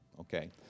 Okay